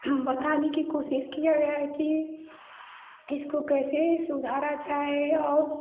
हाँ बताने की कोशिश किया गया है कि किसको कैसे सुधारा जाए और